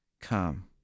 Come